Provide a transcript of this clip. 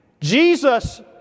Jesus